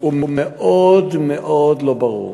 הוא מאוד מאוד לא ברור.